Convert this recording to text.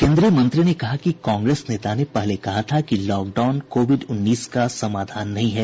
केन्द्रीय मंत्री ने कहा कि कांग्रेस नेता ने पहले कहा था कि लॉकडाउन कोविड उन्नीस का समाधान नहीं है